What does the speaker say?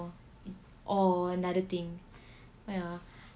or another thing ya